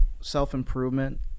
Self-improvement